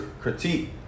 critique